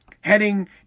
heading